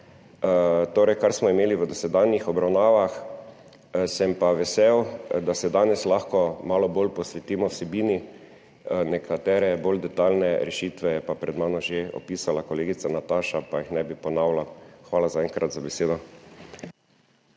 torej kar smo imeli v dosedanjih obravnavah, sem pa vesel, da se danes lahko malo bolj posvetimo vsebini. Nekatere bolj detajlne rešitve je pred mano že opisala kolegica Nataša, pa jih ne bi ponavljal. Hvala zaenkrat za besedo.